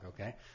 okay